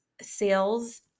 sales